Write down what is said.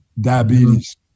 diabetes